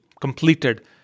completed